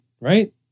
Right